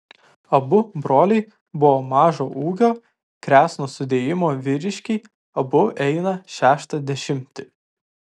abu broliai buvo mažo ūgio kresno sudėjimo vyriškiai abu einą šeštą dešimtį